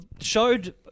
showed